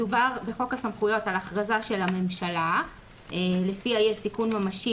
מדובר בחוק הסמכויות על הכרזה של הממשלה לפיה יש סיכון ממשי